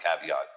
caveat